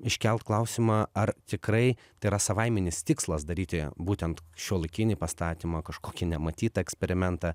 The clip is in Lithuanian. iškelt klausimą ar tikrai tai yra savaiminis tikslas daryti būtent šiuolaikinį pastatymą kažkokį nematytą eksperimentą